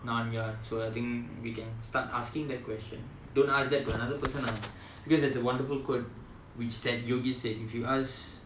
நான் யார்:naan yaar so I think we can start asking that question don't ask that to another person lah because there's a wonderful quote which that Yogi said if you ask